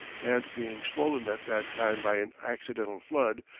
and being swollen at that time by an accidental flood,